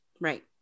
Right